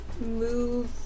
move